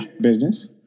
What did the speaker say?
business